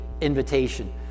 invitation